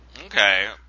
Okay